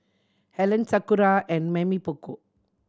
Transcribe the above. Helen Sakura and Mamy Poko